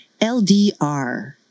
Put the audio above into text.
LDR